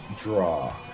draw